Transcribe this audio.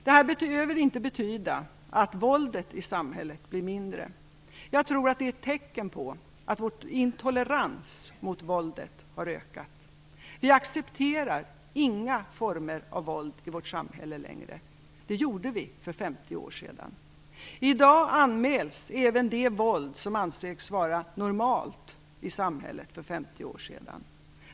Det behöver inte betyda att våldet i samhället minskar. Jag tror att det är ett tecken på att vår intolerans mot våldet har ökat. Vi accepterar inga former av våld i vårt samhälle längre. Det gjorde vi för 50 år sedan. I dag anmäls även det våld som ansågs vara normalt i samhället då.